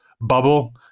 bubble